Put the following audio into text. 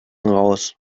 raus